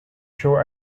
show